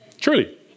truly